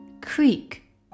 creek